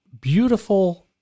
beautiful